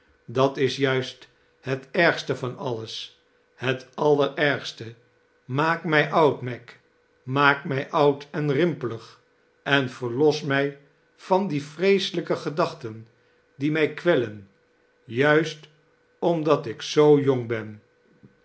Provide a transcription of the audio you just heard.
dat is juist het efgste van alles het allerergste maak mij oud meg maak mij oud en rimpelig en verlos mij van de vreeselijke gedaohten die mij kwellen juist omdat ik zoo jong ben